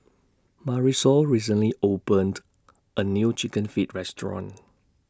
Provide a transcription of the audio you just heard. Marisol recently opened A New Chicken Feet Restaurant